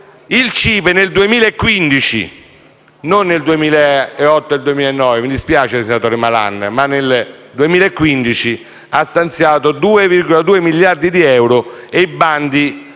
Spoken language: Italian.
Il CIPE nel 2015 - non nel 2008 o nel 2009, mi dispiace, senatore Malan - ha stanziato 2,2 miliardi di euro e i bandi